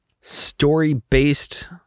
story-based